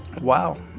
Wow